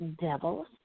Devils